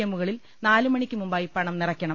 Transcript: എമ്മുകളിൽ നാല് മണിയ്ക്ക് മുമ്പായി പണം നിറയ്ക്കണം